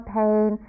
pain